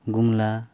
Gumla